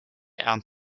and